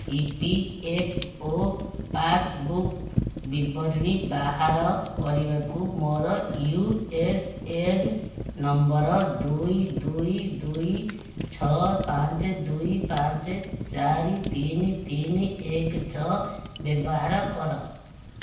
ଇ P F O passbook ବିବରଣୀ ବାହାର କରିବାକୁ ମୋର ୟୁ ଏସ ଏନ୍ ନମ୍ବର ଦୁଇ ଦୁଇ ଦୁଇ ଛଅ ପାଞ୍ଚ ଦୁଇ ପାଞ୍ଚେ ଚାରି ତିନି ତିନି ଏକ ଛଅ ବ୍ୟବହାର କର